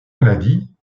maladie